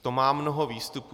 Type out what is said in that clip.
To má mnoho výstupů.